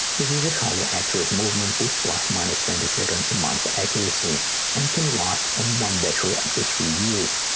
this is a highly accurate movement with plus-minus twenty seconds a month's accuracy and can last on one battery up to three years.